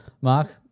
Mark